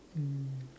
um